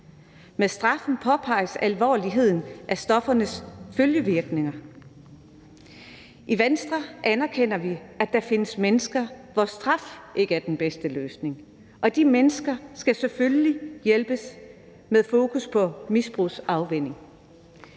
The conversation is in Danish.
Med straffen påpeges alvorligheden af stoffernes følgevirkninger. I Venstre anerkender vi, at der findes mennesker, hvor straf ikke er den bedste løsning, og de mennesker skal selvfølgelig hjælpes med fokus på misbrugsafvænning.